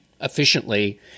efficiently